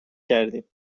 کردیم